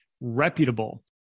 reputable